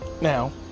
Now